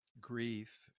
grief